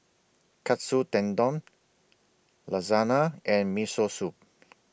Katsu Tendon Lasagna and Miso Soup